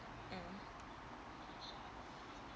mm